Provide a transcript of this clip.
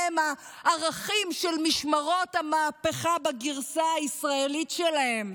אלה הם הערכים של משמרות המהפכה בגרסה הישראלית שלהם.